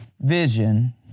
vision